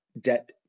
debt